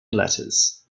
letters